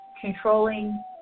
controlling